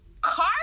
Car